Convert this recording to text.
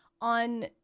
on